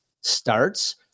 starts